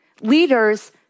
Leaders